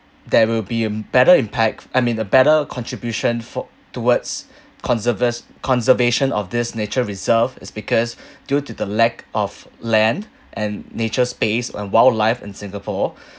there will be a better impact I mean a better contribution for towards conserv~ conservation of this nature reserve is because due to the lack of land and nature space and wildlife in singapore